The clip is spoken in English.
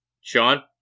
Sean